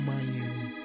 Miami